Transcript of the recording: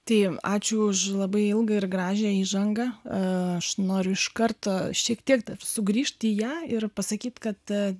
tai ačiū už labai ilgą ir gražią įžangą aš noriu iš karto šiek tiek dar sugrįžt į ją ir pasakyt kad